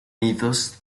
nidos